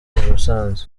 musanze